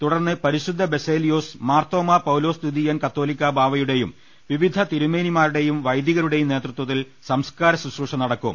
തുടർന്ന് പരിശുദ്ധ ബസേലിയോസ് മാർത്തോമ പൌലോസ് ദിതി യൻ കാതോലിക്ക ബാവയുടെയും വിവിധ തിരുമേനിമാരുടെയും വൈദി കരുടെയും നേതൃത്വത്തിൽ സംസ്കാര ശുശ്രൂഷ് നടക്കും